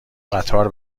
قطار